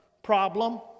problem